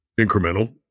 incremental